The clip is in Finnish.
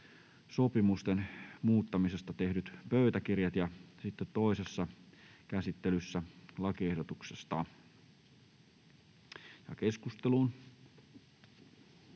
sopimusten muuttamisesta tehdyistä pöytäkirjoista ja sitten toisessa käsittelyssä lakiehdotuksesta. [Speech